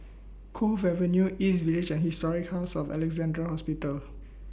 Cove Avenue East Village and Historic House of Alexandra Hospital